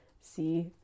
see